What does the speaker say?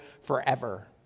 forever